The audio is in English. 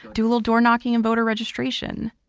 do a little door knocking and voter registration.